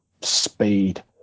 speed